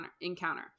encounter